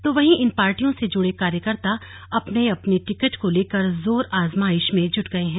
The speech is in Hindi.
तो वहीं इन पार्टियों से जुड़े कार्यकर्ता अपने अपने टिकट को लेकर जोर आजमाइश में जुट गये है